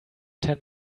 ten